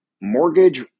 mortgage